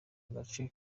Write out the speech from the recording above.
gace